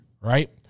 right